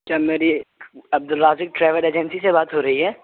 کیا میری Abdul Razzaq travel agency سے بات ہو رہی ہے